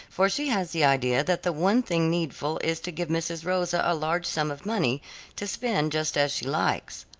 for she has the idea that the one thing needful is to give mrs. rosa a large sum of money to spend just as she likes.